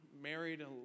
Married